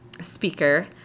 speaker